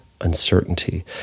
uncertainty